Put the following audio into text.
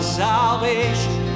salvation